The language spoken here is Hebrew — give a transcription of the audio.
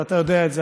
ואתה יודע את זה,